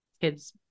kids